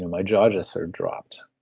and my jaw just sort of dropped,